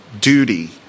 duty